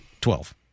Twelve